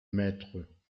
mètres